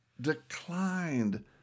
declined